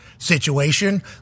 situation